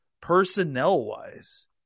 personnel-wise